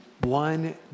One